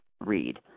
read